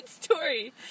story